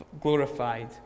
glorified